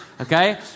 Okay